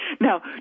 Now